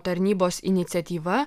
tarnybos iniciatyva